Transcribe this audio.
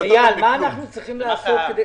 מה אנחנו צריכים לעשות כדי